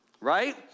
right